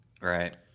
right